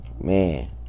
man